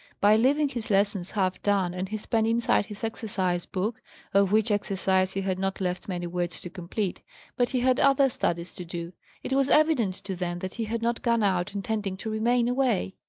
by leaving his lessons half done, and his pen inside his exercise-book of which exercise he had not left many words to complete but he had other studies to do it was evident to them that he had not gone out intending to remain away.